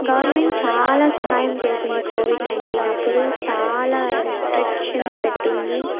government చాలా సహాయం చేసింది కోవిడ్ నైన్టీన్ అప్పుడు చాలా రిస్ట్రిక్షన్స్ పెట్టింది